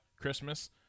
Christmas